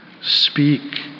speak